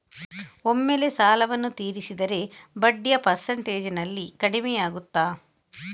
ಒಮ್ಮೆಲೇ ಸಾಲವನ್ನು ತೀರಿಸಿದರೆ ಬಡ್ಡಿಯ ಪರ್ಸೆಂಟೇಜ್ನಲ್ಲಿ ಕಡಿಮೆಯಾಗುತ್ತಾ?